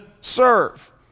serve